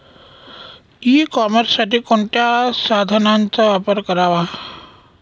E कॉमर्ससाठी कोणत्या साधनांचा वापर करावा?